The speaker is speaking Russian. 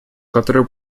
которую